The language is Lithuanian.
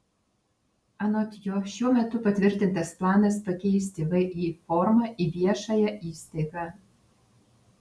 anot jo šiuo metu patvirtintas planas pakeisti vį formą į viešąją įstaigą